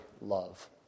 love